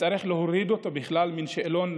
וצריך להוריד אותו בכלל מהשאלון,